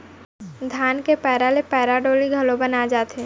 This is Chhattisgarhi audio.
धान के पैरा ले पैरा डोरी घलौ बनाए जाथे